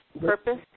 purpose